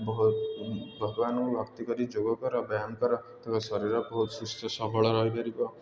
ବହୁତ ଭଗବାନଙ୍କୁ ଭକ୍ତି କରି ଯୋଗ କର ବ୍ୟାୟାମ୍ କର ଶରୀର ବହୁତ ସୁସ୍ଥ ସବଳ ରହିପାରିବ